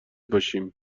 باشیم